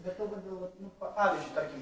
be to labiau nu va pavyzdžiui tarkim